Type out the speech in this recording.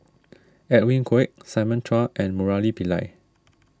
Edwin Koek Simon Chua and Murali Pillai